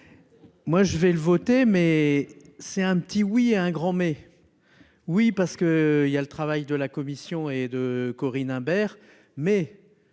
Moi je vais le voter mais c'est un petit oui à un grand mais. Oui parce que il y a le travail de la commission et de Corinne Imbert mais